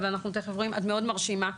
שאת מאוד מרשימה,